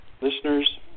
listeners